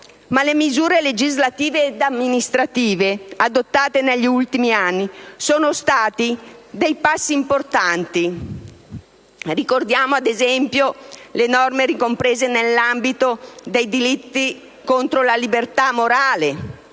Le misure legislative ed amministrative adottate negli ultimi anni sono state dei passi importanti. Ricordiamo, ad esempio, le norme ricomprese nell'ambito dei delitti contro la libertà morale,